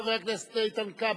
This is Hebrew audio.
חבר הכנסת איתן כבל.